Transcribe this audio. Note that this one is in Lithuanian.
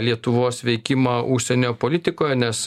lietuvos veikimą užsienio politikoje nes